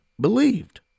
believed